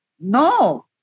No